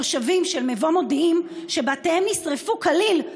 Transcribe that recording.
תושבים של מבוא מודיעים שבתיהם נשרפו כליל,